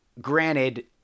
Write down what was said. Granted